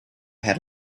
had